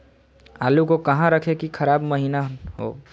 आलू को कहां रखे की खराब महिना हो?